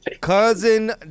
Cousin